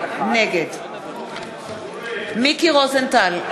נגד מיקי רוזנטל,